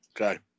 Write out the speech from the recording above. Okay